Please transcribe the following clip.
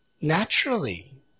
Naturally